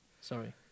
Sorry